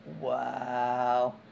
wow